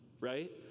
right